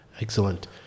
Excellent